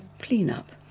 clean-up